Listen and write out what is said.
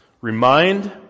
Remind